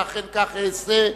ואכן כך אעשה.